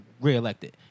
reelected